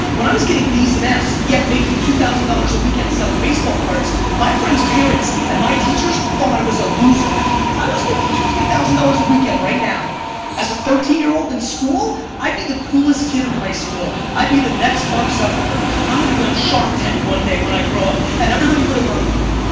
when i was getting d's and f's yet making two thousand dollars a weekend selling baseball cards my friends parents and my teachers thought i was a loser. if was making two three thousand dollars a weekend right now as a thirteen year old in and school, i'd be the coolest kid in high school. i'd be the next mark zuckerberg. i'm gonna be on shark tank one day when i grow up and everybody would've loved me.